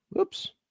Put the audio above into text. oops